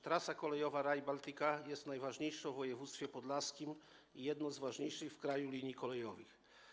Trasa kolejowa Rail Baltica jest najważniejszą w województwie podlaskim i jedną z ważniejszych w kraju linii kolejowych.